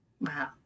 Wow